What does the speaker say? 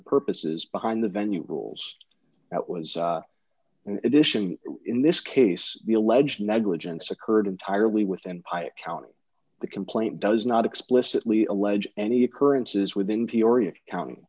the purposes behind the venue rules that was in addition in this case the alleged negligence occurred entirely within pike county the complaint does not explicitly allege any occurrences within peoria count